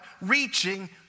reaching